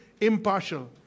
impartial